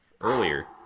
earlier